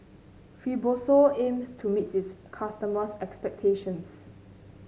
fibrosol aims to meet its customers' expectations